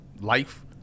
life